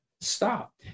stop